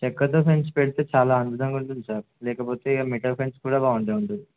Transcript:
చక్కతో ఫెన్స్ పెడితే చాలా ఆనందంగా ఉంటుంది సార్ లేకపోతే ఇగ మిటా ఫెన్స్ కూడా బాగుంటా ఉుంది